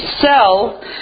sell